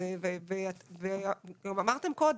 וגם אמרתם קודם,